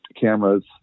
cameras